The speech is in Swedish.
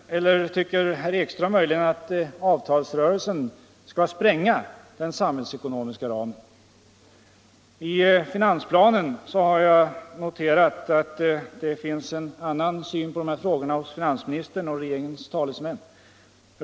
Eller tycker herr Ekström möjligen att avtalsrörelsen skall spränga den samhällsekonomiska ramen? I finansplanen har jag noterat att det finns en annan syn på dessa frågor hos finansministern och regeringens talesmän.